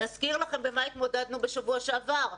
להזכיר לכם עם מה התמודדנו בשבוע שעבר,